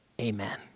Amen